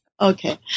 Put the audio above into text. Okay